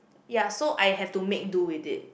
ya so I have to make do with it